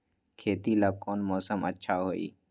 खेती ला कौन मौसम अच्छा होई?